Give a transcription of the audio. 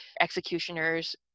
executioners